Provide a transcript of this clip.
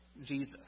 Jesus